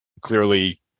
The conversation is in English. Clearly